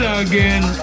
again